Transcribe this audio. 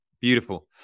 Beautiful